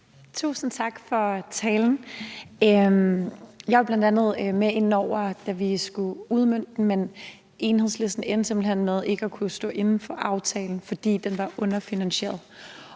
Tusind tak for talen. Jeg var bl.a. med inde over, da vi skulle udmønte aftalen, men Enhedslisten endte simpelt hen med ikke at kunne stå inde for aftalen, fordi den var underfinansieret.